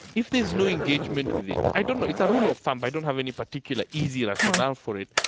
if there is no engagement with it. i don't know it's a rule of thumb. i don't have any particular easy rationale for it.